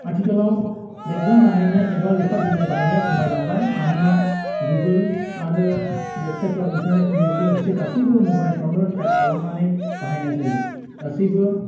आथिखालाव रेबगन बाहायनाय एबा लेखा बिलाइ बाहायनाया खमायलांबाय मानोना गुगोल आरो वेबसाइटफ्राव इनटारनेट गासैबो मबाइलफ्रावनो टाइप खालामनानै बाहायनाय जायो गासैबो